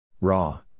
Raw